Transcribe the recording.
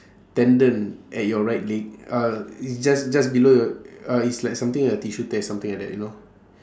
tendon at your right leg uh it's just just below you~ uh it's like something like a tissue tear something like that you know